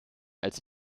als